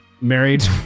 married